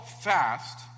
fast